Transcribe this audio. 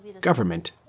government